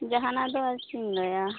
ᱡᱟᱦᱟᱱᱟᱜ ᱫᱚ ᱟᱨ ᱪᱮᱫ ᱤᱧ ᱞᱟᱹᱭᱟ